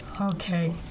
Okay